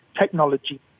technology